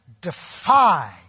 defy